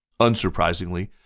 Unsurprisingly